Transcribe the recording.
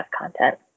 content